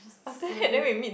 just slowly